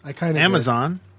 Amazon